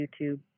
YouTube